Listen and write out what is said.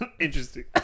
interesting